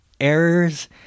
errors